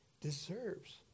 deserves